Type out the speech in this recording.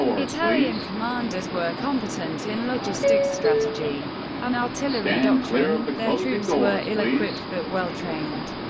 italian commanders were competent in logistics, strategy and artillery doctrine their troops were ill-equipped, but well-trained.